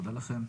תודה לכולכם.